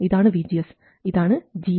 ഇതാണ് VGS ഇതാണ് gmvgs